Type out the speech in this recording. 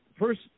first